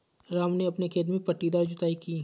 राम ने अपने खेत में पट्टीदार जुताई की